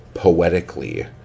poetically